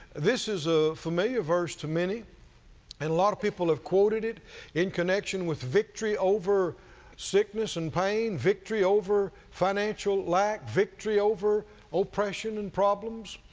this is a familiar verse to many and a lot of people have quoted it in connection with victory over sickness and pain, victory over financial lack, victory over opression and problems,